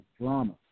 drama